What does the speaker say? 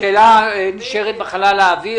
שאלה שנשארה בחלל האוויר.